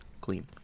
clean